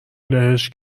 لهش